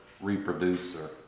Reproducer